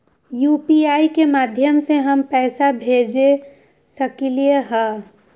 UPI के माध्यम से हम पैसा भेज सकलियै ह?